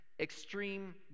Extreme